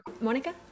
Monica